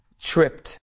tripped